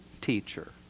teacher